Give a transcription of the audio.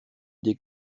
des